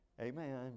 Amen